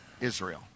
Israel